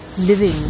living